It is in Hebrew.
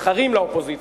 נבחרים לאופוזיציה,